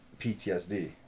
PTSD